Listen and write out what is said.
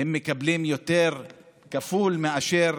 מקבלים כפול מאשר